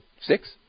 Six